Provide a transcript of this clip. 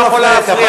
לכל הערבים.